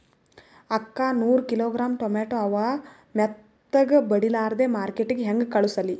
ಅಕ್ಕಾ ನೂರ kilogram tomato ಅವ, ಮೆತ್ತಗಬಡಿಲಾರ್ದೆ ಮಾರ್ಕಿಟಗೆ ಹೆಂಗ ಕಳಸಲಿ?